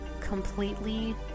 completely